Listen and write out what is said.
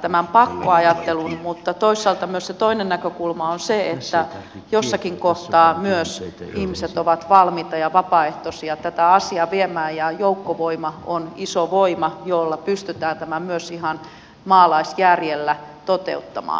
tämän pakkoajattelun mutta toisaalta myös se toinen näkökulma on se että jossakin kohtaa myös ihmiset ovat valmiita ja vapaaehtoisia tätä asiaa viemään ja joukkovoima on iso voima jolla pystytään tämä myös ihan maalaisjärjellä toteuttamaan